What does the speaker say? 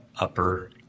upper